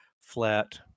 flat